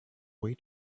way